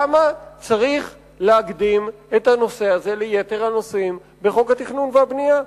מדוע צריך להקדים את הנושא הזה ליתר הנושאים בחוק התכנון והבנייה?